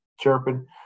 chirping